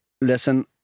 Listen